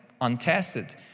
untested